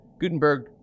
Gutenberg